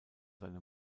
seine